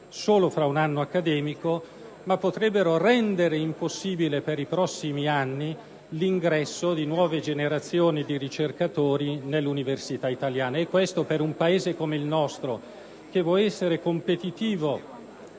solo fra un anno accademico, che potrebbero rendere impossibile per i prossimi anni l'ingresso di nuove generazioni di ricercatori nelle università italiane. Questa, per un Paese come il nostro, che vuol essere competitivo